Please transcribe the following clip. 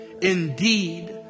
Indeed